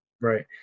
Right